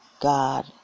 God